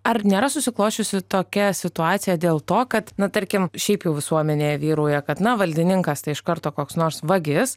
ar nėra susiklosčiusi tokia situacija dėl to kad na tarkim šiaip jau visuomenėje vyrauja kad na valdininkas tai iš karto koks nors vagis